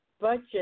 budget